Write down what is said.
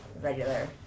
regular